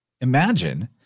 imagine